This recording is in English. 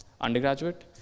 undergraduate